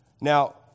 Now